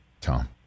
Tom